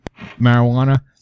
marijuana